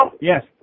Yes